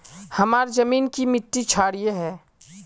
हमार जमीन की मिट्टी क्षारीय है?